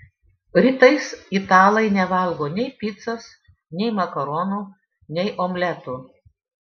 rytais italai nevalgo nei picos nei makaronų nei omletų